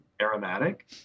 aromatic